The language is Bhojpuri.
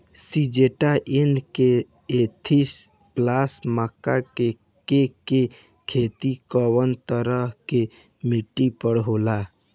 सिंजेंटा एन.के थर्टी प्लस मक्का के के खेती कवना तरह के मिट्टी पर होला?